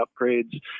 upgrades